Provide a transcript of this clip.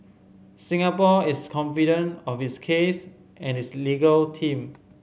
Singapore is confident of its case and its legal team